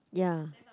ya